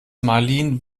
marleen